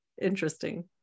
interesting